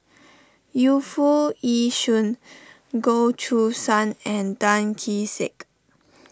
Yu Foo Yee Shoon Goh Choo San and Tan Kee Sek